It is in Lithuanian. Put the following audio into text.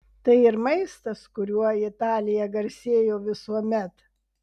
tai ir maistas kuriuo italija garsėjo visuomet